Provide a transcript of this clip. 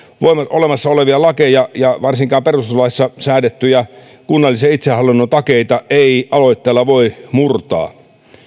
olemassa olevia lakeja ja varsinkaan perustuslaissa säädettyjä kunnallisen itsehallinnon takeita ei aloitteella voi murtaa